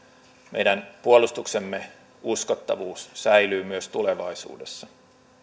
meidän puolustuksemme uskottavuus säilyy myös tulevaisuudessa